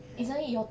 ya